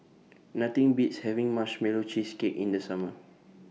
Nothing Beats having Marshmallow Cheesecake in The Summer